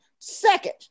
Second